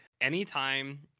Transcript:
anytime